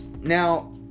now